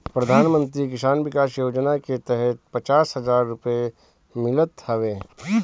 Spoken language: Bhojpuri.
प्रधानमंत्री कृषि विकास योजना के तहत पचास हजार रुपिया मिलत हवे